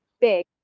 big